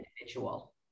individual